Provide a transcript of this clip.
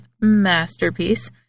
masterpiece